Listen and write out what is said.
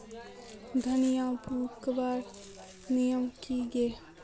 धनिया बूनवार नियम की गे?